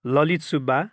Lalit Subba